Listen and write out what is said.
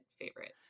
favorite